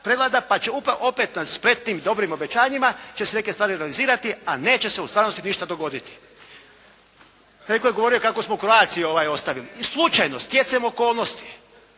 prevlada, pa će opet na spretnim i dobrim obećanjima će se neke stvari realizirati, a neće se u stvarnosti ništa dogoditi. Netko je govorio kako smo "Croatia-u" ostavili. Slučajno, stjecajem okolnosti,